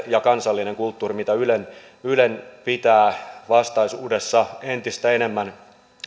ja kansallinen kulttuuri ovat niitä tärkeimpiä juttuja mitä ylen pitää vastaisuudessa entistä enemmän